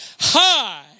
high